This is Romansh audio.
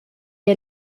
era